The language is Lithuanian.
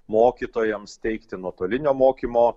mokytojams teikti nuotolinio mokymo